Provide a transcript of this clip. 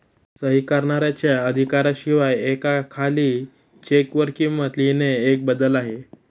सही करणाऱ्याच्या अधिकारा शिवाय एका खाली चेक वर किंमत लिहिणे एक बदल आहे